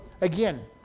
again